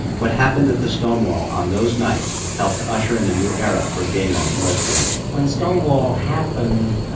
what happened at the stonewall on those nights helped to usher in a new era for gay men and lesbians when stonewall happened,